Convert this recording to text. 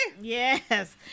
Yes